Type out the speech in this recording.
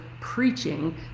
preaching